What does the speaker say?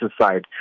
side